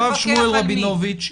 הרב שמואל רבינוביץ',